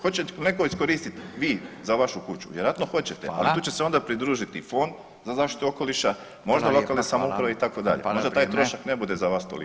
Hoće netko iskoristit, vi za vašu kuću, vjerojatno hoćete, al tu će se onda pridružiti i Fond za zaštitu okoliša, možda lokalne samouprave itd., možda taj trošak ne bude za vas toliki.